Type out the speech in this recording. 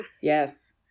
Yes